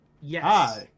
Yes